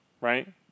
right